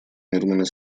мирными